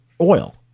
oil